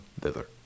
thither